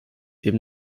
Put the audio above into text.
eben